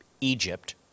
Egypt